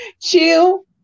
Chill